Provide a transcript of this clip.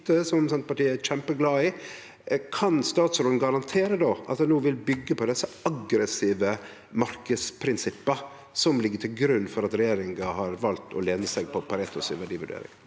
som Senterpartiet er kjempeglad i. Kan statsråden då garantere at dei no vil byggje på desse aggressive marknadsprinsippa som ligg til grunn for at regjeringa har valt å lene seg på verdivurderinga